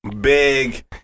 Big